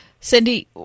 Cindy